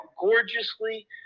gorgeously